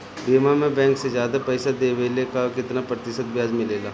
बीमा में बैंक से ज्यादा पइसा देवेला का कितना प्रतिशत ब्याज मिलेला?